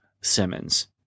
Simmons